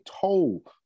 toll